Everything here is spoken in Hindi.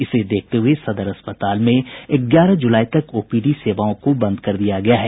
इसे देखते हुए सदर अस्पताल में ग्यारह ज़ुलाई तक ओपीडी सेवाओं को बंद कर दिया गया है